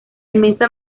inmensa